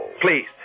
Please